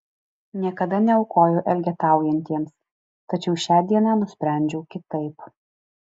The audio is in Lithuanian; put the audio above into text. niekada neaukoju elgetaujantiems tačiau šią dieną nusprendžiau kitaip